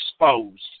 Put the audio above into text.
exposed